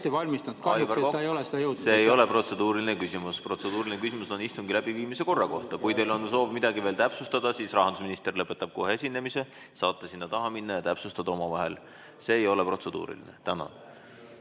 see ei ole protseduuriline küsimus. Protseduuriline küsimus on istungi läbiviimise korra kohta. Kui teil on soov midagi veel täpsustada, siis rahandusminister lõpetab kohe esinemise, saate sinna tahapoole minna ja täpsustada omavahel. See ei ole protseduuriline